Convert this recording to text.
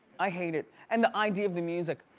i hate it, and the idea of the music.